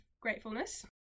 gratefulness